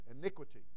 iniquity